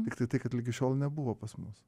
tiktai tai kad ligi šiol nebuvo pas mus